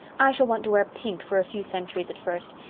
i shall want to wear pink for a few centuries at first.